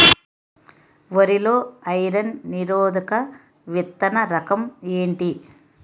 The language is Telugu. వరి లో ఐరన్ నిరోధక విత్తన రకం ఏంటి?